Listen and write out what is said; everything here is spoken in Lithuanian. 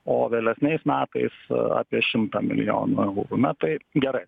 o vėlesniais metais apie šimtą milijonų eurų na tai gerai